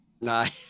Nice